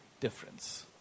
difference